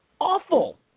awful